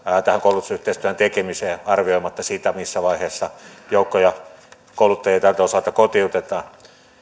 tähän koulutusyhteistyön tekemiseen arvioimatta sitä missä vaiheessa joukkoja ja kouluttajia tältä osalta kotiutetaan